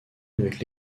avec